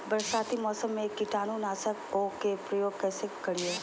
बरसाती मौसम में कीटाणु नाशक ओं का प्रयोग कैसे करिये?